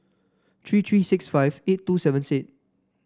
three three six five eight two seven six